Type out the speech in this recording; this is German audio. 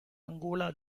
angola